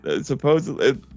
Supposedly